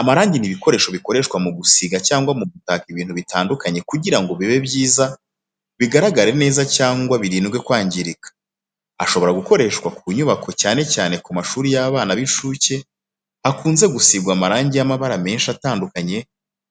Amarangi ni ibikoresho bikoreshwa mu gusiga cyangwa mu gutaka ibintu bitandukanye kugira ngo bibe byiza, bigaragare neza cyangwa birindwe kwangirika. Ashobora gukoreshwa ku nyubako cyane cyane ku mashuri y'abana b'incuke, hakunze gusigwa amarangi y'amabara menshi atandukanye